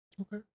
Okay